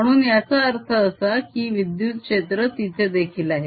म्हणून याचा अर्थ असा की विद्युत क्षेत्र तिथे देखील आहे